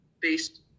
based